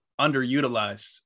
underutilized